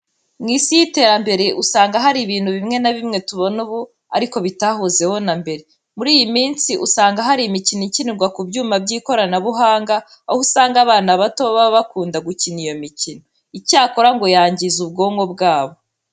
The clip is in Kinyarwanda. Mu Isi y'iterambere usanga hari ibintu bimwe na bimwe tubona ubu ariko bitahozeho na mbere. Muri iyi minsi usanga hari imikino ikinirwa ku byuma by'ikoranabuhanga, aho usanga abana bato baba bakunda gukina iyo mikino, icyakora ngo yangiza ubwonko bwabo.